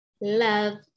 love